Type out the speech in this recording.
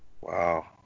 Wow